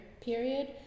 period